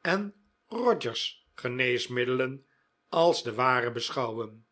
en rodgers geneesmiddelen als de ware beschouwen